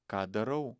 ką darau